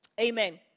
Amen